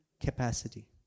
capacity